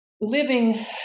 living